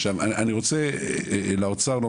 אמר